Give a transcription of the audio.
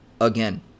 again